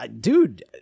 dude